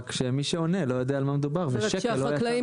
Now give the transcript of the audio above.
רק מי שעונה לא יודע על מה מדובר ושקל --- שהחקלאים